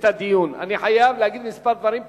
בדיון אני חייב להגיד כמה דברים פה,